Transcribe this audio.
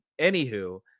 Anywho